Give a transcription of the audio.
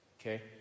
Okay